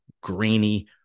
grainy